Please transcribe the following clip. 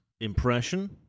impression